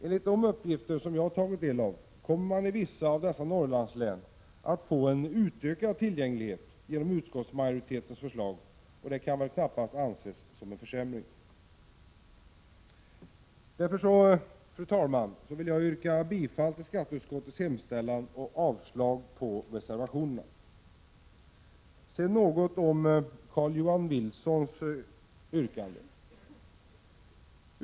Enligt de uppgifter som jag har tagit del av kommer man i vissa av dessa Norrlandslän att få en utökad tillgänglighet genom utskottsmajoritetens förslag, och det kan väl knappast anses som en försämring. Fru talman! Jag vill yrka bifall till skatteutskottets hemställan och avslag på reservationerna. Jag vill något kommentera Carl-Johan Wilsons yrkande.